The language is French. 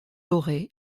doré